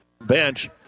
bench